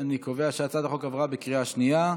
אני קובע שהצעת החוק עברה בקריאה שנייה.